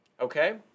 Okay